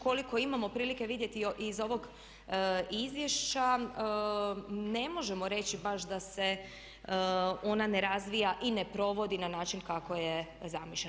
Koliko imamo prilike vidjeti iz ovog izvješća ne možemo reći baš da se ona ne razvija i ne provodi na način kako je zamišljeno.